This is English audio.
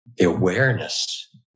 Awareness